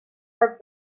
are